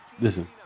Listen